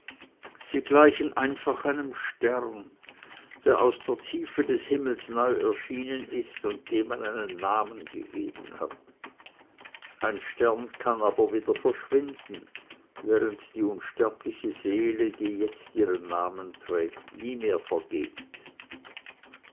sie gleichen einfach einem stern der aus der tiefe des himmels neu erschienen ist und dem man einen namen gegeben hat ein stern kann aber wieder verschwinden während die unsterbliche seele die jetzt ihren namen trägt nie mehr vergeht